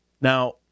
Now